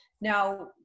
now